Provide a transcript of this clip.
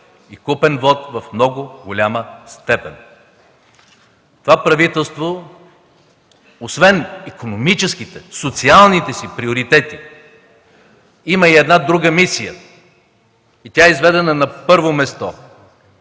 и купен вот в много голяма степен. Това правителство освен икономическите, социалните си приоритети, има и една друга мисия и тя е изведена на първо място